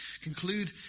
conclude